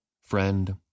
Friend